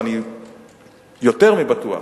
ואני יותר מבטוח